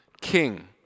king